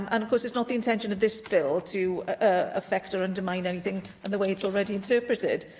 um and course, it's not the intention of this bill to affect or undermine anything and the way it's already interpreted.